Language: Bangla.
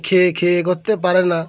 খেয়ে খেয়ে করতে পারে না